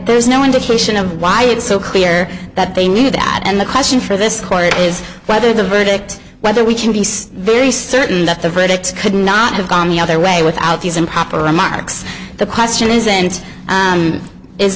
there's no indication of why it's so clear that they knew that and the question for this court is whether the verdict whether we can be very certain that the verdict could not have gone the other way without these improper remarks the question is